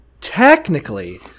technically